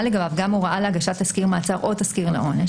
לגביו גם הוראה להגשת תסקיר מעצר או תסקיר לעונש,